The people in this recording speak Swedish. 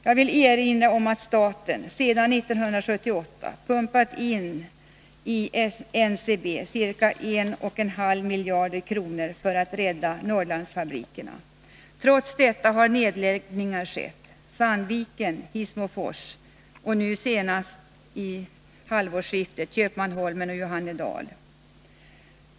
Jag vill erinra om att staten sedan 1978 i NCB har pumpat in ca 1,5 miljarder kronor för att rädda Norrlandsfabrikerna. Trots detta har nedläggningar skett — tidigare i Sandviken och Hissmofors och nu senast, vid halvårsskiftet, i Köpmanholmen och Johannedal.